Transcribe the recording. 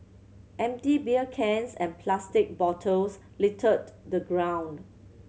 empty beer cans and plastic bottles littered the ground